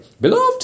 Beloved